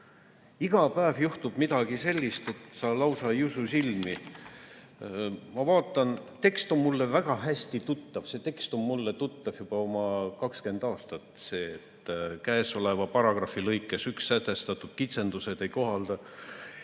Iga päev juhtub midagi sellist, et sa lausa ei usu silmi. Ma vaatan, et tekst on mulle väga hästi tuttav, see tekst on mulle tuttav juba oma 20 aastat: käesoleva paragrahvi lõikes 1 sätestatud kitsendust ei kohaldata